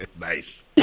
nice